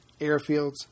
airfields